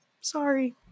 Sorry